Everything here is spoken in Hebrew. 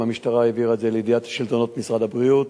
האם המשטרה העבירה את זה לידיעת שלטונות משרד הבריאות.